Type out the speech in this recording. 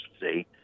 see